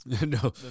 No